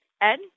Ed